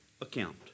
account